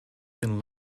can